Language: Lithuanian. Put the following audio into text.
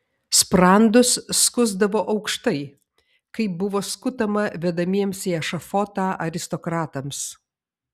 sprandus skusdavo aukštai kaip buvo skutama vedamiems į ešafotą aristokratams